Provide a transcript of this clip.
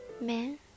Man